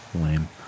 Lame